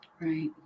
Right